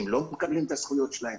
אם לא מקבלים את הזכויות שלהם.